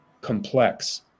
complex